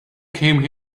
came